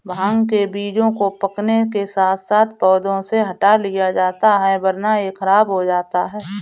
भांग के बीजों को पकने के साथ साथ पौधों से हटा लिया जाता है वरना यह खराब हो जाता है